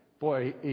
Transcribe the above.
Boy